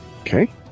Okay